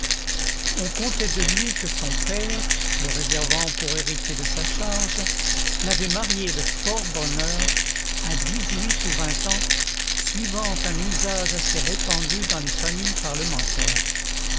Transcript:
on contait de lui que son père le réservant pour hériter de sa charge l'avait marié de fort bonne heure à dix-huit ou vingt ans suivant un usage assez répandu dans les familles parlementaires